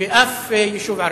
למשל, בשום יישוב ערבי?